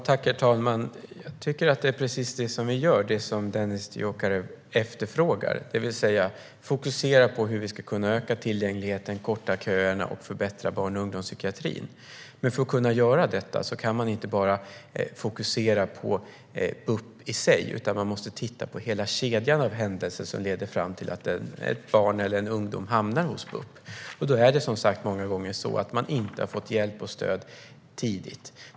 Herr talman! Jag tycker att vi gör precis det som Dennis Dioukarev efterfrågar, det vill säga fokuserar på hur vi ska kunna öka tillgängligheten, korta köerna och förbättra barn och ungdomspsykiatrin. Men för att kunna göra detta kan man inte bara fokusera på BUP i sig, utan man måste titta på hela kedjan av händelser som leder fram till att ett barn eller en ungdom hamnar hos BUP. Då är det som sagt många gånger så att man inte har fått hjälp och stöd tidigt.